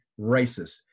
racist